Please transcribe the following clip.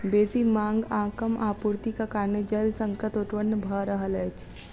बेसी मांग आ कम आपूर्तिक कारणेँ जल संकट उत्पन्न भ रहल अछि